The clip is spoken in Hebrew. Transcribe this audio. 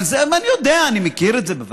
אבל אני יודע, אני מכיר את זה, בוודאי.